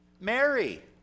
Mary